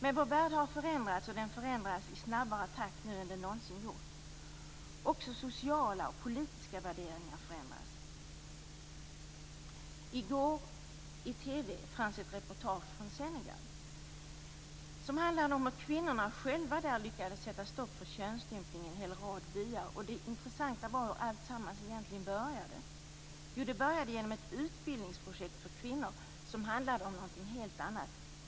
Men vår värld har förändrats och den förändras i snabbare takt nu än den någonsin gjort. Också sociala och politiska värderingar förändras. I går fanns i TV ett reportage från Senegal som handlade om att kvinnorna själva lyckades sätta stopp för könsstympningen i en hel rad byar. Det intressanta var hur alltsammans egentligen började. Det började genom ett utbildningsprojekt för kvinnor som handlade om någonting helt annat.